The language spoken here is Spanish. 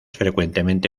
frecuentemente